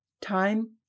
Time